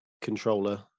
Controller